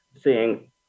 seeing